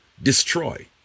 destroy